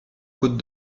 côte